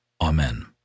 Amen